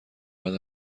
بعد